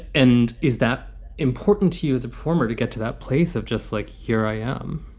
and is that important to you as a performer to get to that place of just like here i am?